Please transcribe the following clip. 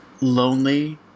lonely